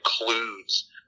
includes